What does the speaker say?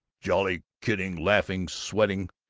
jolly, kidding, laughing, sweating,